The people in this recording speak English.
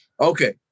Okay